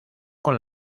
con